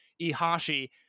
Ihashi